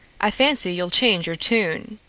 i fancy you'll change your tune.